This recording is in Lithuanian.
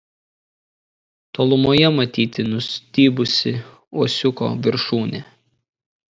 tolumoje matyti nustybusi uosiuko viršūnė